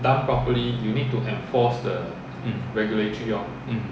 mm mm